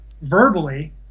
verbally